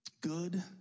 Good